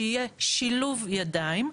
שיהיה שילוב ידיים.